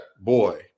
boy